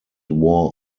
wore